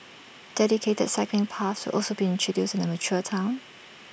dedicated cycling paths will also be introduced in the mature Town